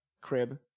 crib